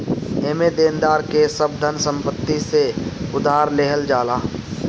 एमे देनदार के सब धन संपत्ति से उधार लेहल जाला